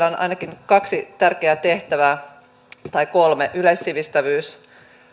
on ainakin kolme tärkeää tehtävää yleissivistävyys